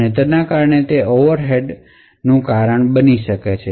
તેથી આ કારણે તે ઓવરહેડનું કારણ બની શકે છે